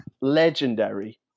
legendary